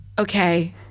okay